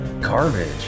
garbage